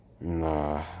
nah